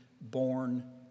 born